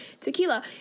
tequila